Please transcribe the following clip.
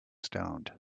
stoned